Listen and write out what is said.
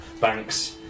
banks